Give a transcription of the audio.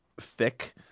thick